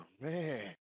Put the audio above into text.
man